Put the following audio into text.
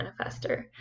manifester